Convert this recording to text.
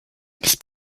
nicht